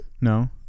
No